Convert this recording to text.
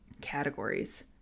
categories